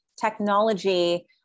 technology